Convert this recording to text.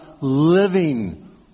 living